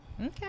okay